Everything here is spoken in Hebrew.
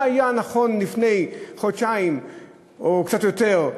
מה היה נכון לפני חודשיים או קצת יותר,